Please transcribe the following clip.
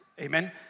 Amen